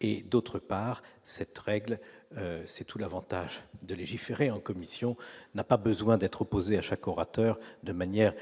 et d'autre part, cette règle, c'est tout l'Avantage de légiférer en commission n'a pas besoin d'être opposé à chaque orateur de manière